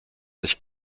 nicht